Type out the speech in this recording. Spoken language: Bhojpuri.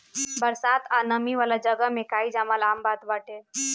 बरसात आ नमी वाला जगह में काई जामल आम बात बाटे